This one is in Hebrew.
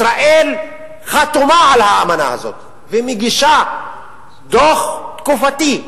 ישראל חתומה על האמנה הזאת ומגישה דוח תקופתי,